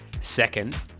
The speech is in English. Second